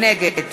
נגד